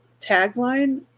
tagline